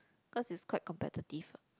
cause it's quite competitive ah